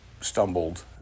stumbled